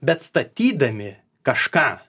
bet statydami kažką